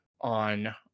on